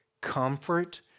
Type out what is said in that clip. comfort